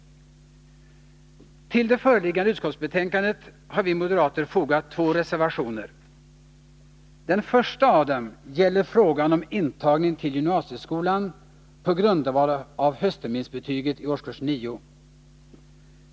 Till det förliggande utskottsbetänkandet har vi moderater fogat två reservationer. Den första av dem gäller frågan om intagning till gymnasieskolan på grundval av höstterminsbetyget i årskurs 9.